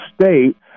state